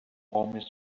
almost